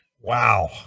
Wow